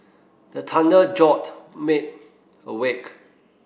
the thunder jolt me awake